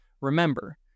Remember